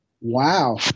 Wow